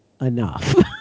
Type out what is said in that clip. enough